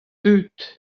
deuet